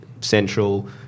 central